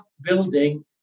building